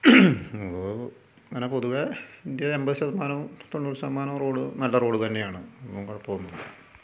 അങ്ങനെ പൊതുവെ ഇന്ത്യ എൺപത് ശതമാനവും തൊണ്ണൂറ് ശതമാനവും റോഡും നല്ല റോഡ് തന്നെയാണ് ഒന്നും കുഴപ്പമൊന്നുമില്ല